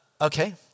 okay